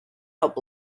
help